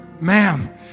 Ma'am